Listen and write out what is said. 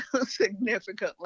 significantly